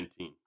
2019